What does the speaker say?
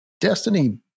Destiny